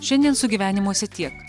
šiandien sugyvenimuose tiek